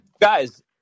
guys